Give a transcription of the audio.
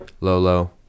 Lolo